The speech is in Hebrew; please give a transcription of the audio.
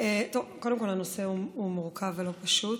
קודם כול הנושא הזה הוא מורכב ולא פשוט.